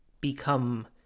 become